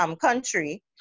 country